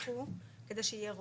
כדי שיהיה רוב.